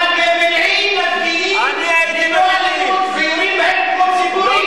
אבל בבילעין מפגינים ללא אלימות ויורים בהם כמו בציפורים.